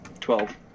Twelve